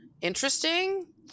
interesting